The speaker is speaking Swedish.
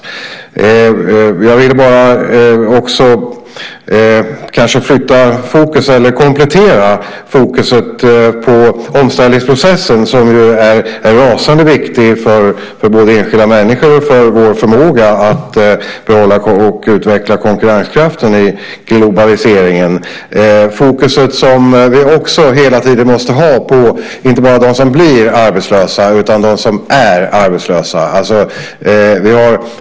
Jag vill också bara flytta eller komplettera det fokus som finns på omställningsprocessen, som är rasande viktig både för enskilda människor och för vår förmåga att behålla och utveckla konkurrenskraften i globaliseringen. Vi måste även hela tiden ha fokus inte bara på dem som blir arbetslösa utan också på dem som är arbetslösa.